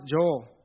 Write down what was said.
Joel